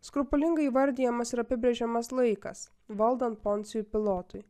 skrupulingai įvardijamas ir apibrėžiamas laikas valdant poncijui pilotui